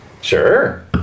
Sure